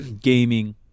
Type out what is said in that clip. gaming